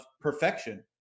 perfection